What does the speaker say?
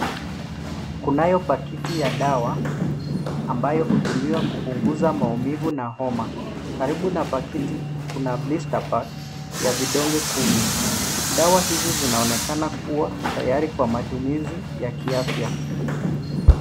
Kunayo pakiti ya dawa ambayo hutumiwa kupunguza maumivu na homa. Karibu na pakiti, kuna blister pack ya vidonge kumi. Dawa hizi zinaonekana kuwa tayari kwa matumizi ya kiafya.